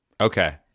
okay